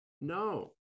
No